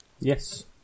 Yes